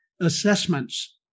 assessments